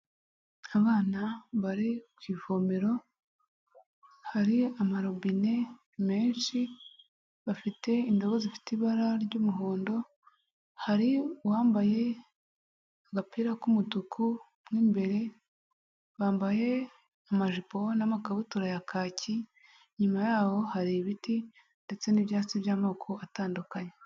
Abana bari ku ivomero hari amarobine menshi, bafite indobo zifite ibara ry'umuhondo, hari uwambaye agapira k'umutuku mo imbere, bambaye amajipo n'amakabutura ya kaki, inyuma yaho hari ibiti ndetse n'ibyatsi by'amoko atandukanye.